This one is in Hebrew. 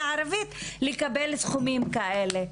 הערבית נדונות לקבל סכומים כאלה?